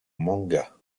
manga